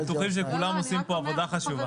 אנחנו בטוחים שכולם עושים פה עבודה חשובה.